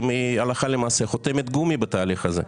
היא הלכה למעשה חותמת גומי בתהליך הזה.